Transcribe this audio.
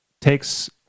takes